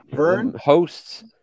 hosts